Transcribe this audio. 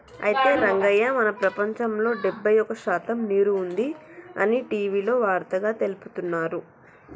అయితే రంగయ్య మన ప్రపంచంలో డెబ్బై ఒక్క శాతం నీరు ఉంది అని టీవీలో వార్తగా తెలుపుతున్నారు